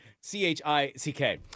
c-h-i-c-k